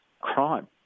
crime